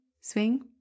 swing